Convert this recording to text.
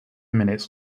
minutes